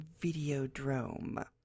Videodrome